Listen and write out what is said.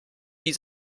die